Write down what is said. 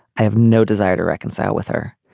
i have no desire to reconcile with her.